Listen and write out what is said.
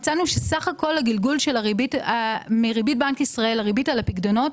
מצאנו שסך הכול שהריבית על הפיקדונות